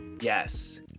Yes